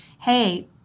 hey